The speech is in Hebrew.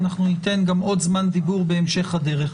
ניתן עוד זמן דיבור בהמשך הדרך.